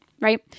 Right